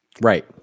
right